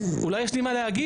אולי יש לי מה להגיד.